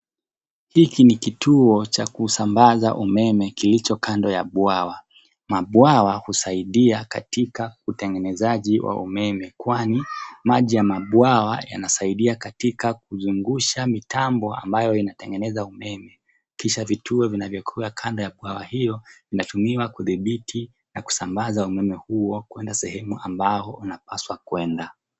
Hiki ni kituo cha kusambaza umeme kilicho kando ya bwawa. Mabwawa husaidia katika utengenezaji wa umeme kwani maji ya mabwawa yanasaidia katika kuzungusha mitambo ambayo inatengeneza umeme kisha vituo vinavyokuwa kando ya bwawa hilo vinatumiwa kudhibiti na kusamabaza umeme huo kwenda sehemu ambao unapaswa kwenda.